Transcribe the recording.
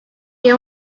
que